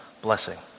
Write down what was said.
blessing